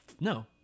no